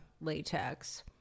latex